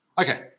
Okay